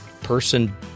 person